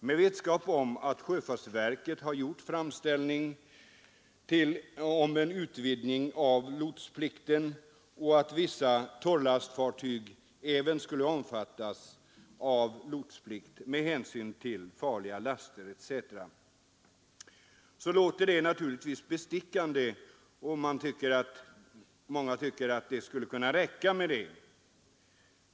Med vetskap om att sjöfartsverket har gjort framställning om en utvidgning av lotsplikten och att vissa torrlastfartyg även skulle omfattas med hänsyn till farliga laster etc. låter det kanske bestickande, och många tycker kanske att det skulle räcka med detta.